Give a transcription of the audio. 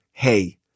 Hey